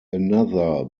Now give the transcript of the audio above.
another